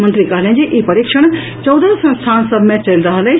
मंत्री कहलनि जे ई परीक्षण चौदह संस्थान सभ मे चलि रहल अछि